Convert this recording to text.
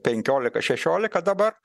penkiolika šešiolika dabar